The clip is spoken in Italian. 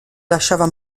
lasciava